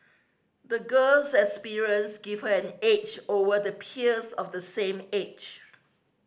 the girl's experiences gave her an edge over the peers of the same age